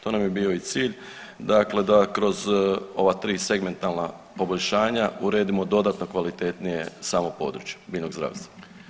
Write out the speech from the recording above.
To nam je bio i cilj dakle da kroz ova 3 segmentalna poboljšanja uredimo dodatno kvalitetnije samo područje biljnog zdravstva.